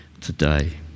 today